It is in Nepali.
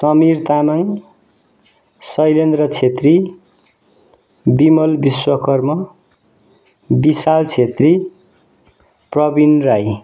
समिर तामाङ सैलेन्द्र क्षेत्री विमल विश्वकर्म विशाल क्षेत्री प्रवीण राई